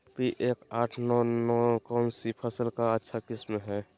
P एक आठ नौ नौ कौन सी फसल का अच्छा किस्म हैं?